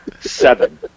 Seven